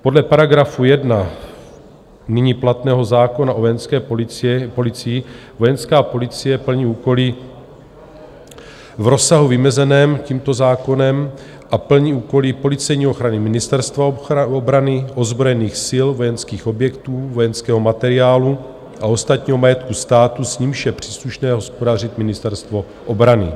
Podle § 1 nyní platného zákona o Vojenské policii Vojenská policie plní úkoly v rozsahu vymezeném tímto zákonem a plní úkoly policejní ochrany Ministerstva obrany, ozbrojených sil, vojenských objektů, vojenského materiálu a ostatního majetku státu, s nímž je příslušné hospodařit Ministerstvo obrany.